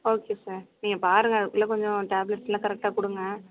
okay sir நீங்கள் பாருங்கள் அதுக்குள்ளே கொஞ்ச டேப்ளெட்ஸ்லாம் கரெக்ட்டாக கொடுங்க